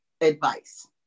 advice